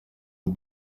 aux